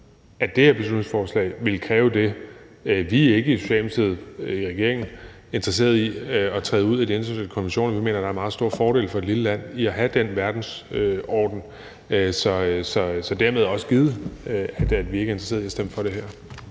at det her beslutningsforslag ville kræve det, vi i Socialdemokratiet og regeringen ikke er interesseret i, nemlig at træde ud af de internationale konventioner. Vi mener, der er meget store fordele for et lille land i at have den verdensorden, så dermed er det også givet, at vi ikke er interesseret i at stemme for det her.